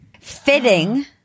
Fitting